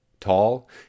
tall